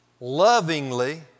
lovingly